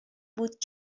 بود